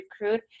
recruit